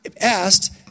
asked